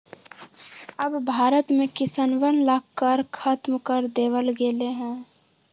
अब भारत में किसनवन ला कर खत्म कर देवल गेले है